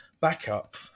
backup